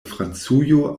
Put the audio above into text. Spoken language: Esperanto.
francujo